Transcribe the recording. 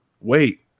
wait